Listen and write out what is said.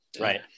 Right